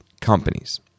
companies